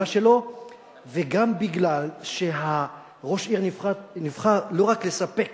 שלו וגם מפני שראש העיר נבחר לא רק לספק